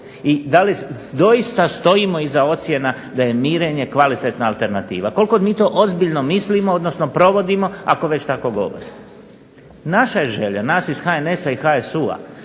I da li doista stojimo iza ocjena da je mirenje kvalitetna alternativa. Koliko mi to ozbiljno mislimo, odnosno provodimo ako već tako govorimo? Naša je želja, nas iz HNS-HSU-a